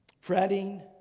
fretting